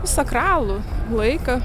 sakralų laiką